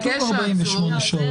בסעיף 133א(ד) זה כן 48 שעות.